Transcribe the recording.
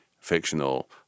fictional